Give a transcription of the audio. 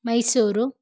Mysuru